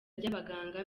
ry’abaganga